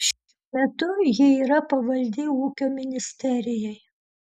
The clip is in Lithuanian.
šiuo metu ji yra pavaldi ūkio ministerijai